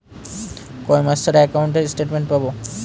কয় মাস ছাড়া একাউন্টে স্টেটমেন্ট পাব?